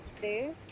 day